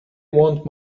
want